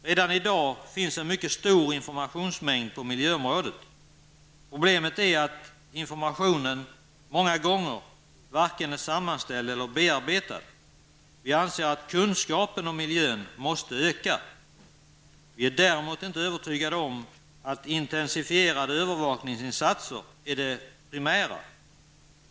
Redan i dag finns en mycket stor informationsmängd på miljöområdet. Problemet är att informationen många gånger varken är sammanställd eller bearbetad. Vi anser att kunskapen om miljön måste öka. Vi är däremot inte övertygade om att intensifierade övervakningsinsatser är det primära.